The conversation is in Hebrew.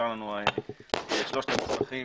התחלנו עם הסיפור הזה של המסמכים.